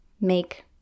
make